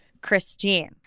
Christine